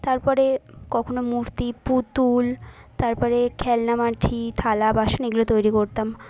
তারপরে কখনও মূর্তি পুতুল তারপরে খেলনা মাঠি থালা বাসন এইগুলো তৈরি করতাম